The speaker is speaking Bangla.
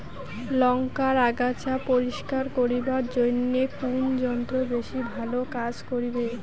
লংকার আগাছা পরিস্কার করিবার জইন্যে কুন যন্ত্র বেশি ভালো কাজ করিবে?